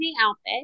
outfit